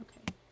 Okay